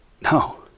No